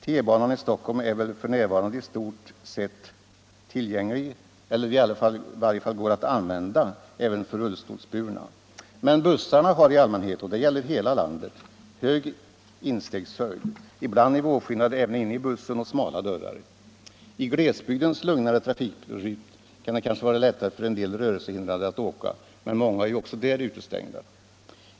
T-banan i Stockholm är väl f. n. i stort sett tillgänglig för eller kan i varje fall användas även av rullstolsburna. Men bussarna har i allmänhet — och det gäller hela landet — hög instegshöjd, ibland nivåskillnad även inne i bussen och smala dörrar. I glesbygdens lugnare trafikrytm kan det kanske vara lättare för en del rörelsehindrade att åka, men många är ju också där utestängda.